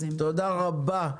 תודה רבה,